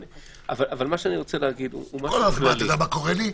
מה שאני רוצה להגיד --- אתה יודע מה קורה לי?